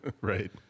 Right